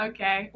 Okay